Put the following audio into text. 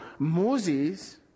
Moses